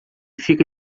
fica